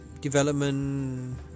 development